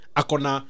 akona